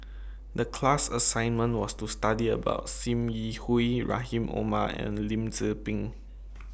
The class assignment was to study about SIM Yi Hui Rahim Omar and Lim Tze Peng